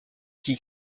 qui